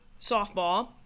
softball